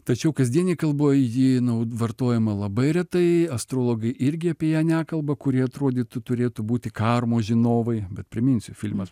tačiau kasdienėj kalboj ji vartojama labai retai astrologai irgi apie ją nekalba kurie atrodytų turėtų būti karmos žinovai bet priminsiu filmas